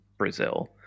Brazil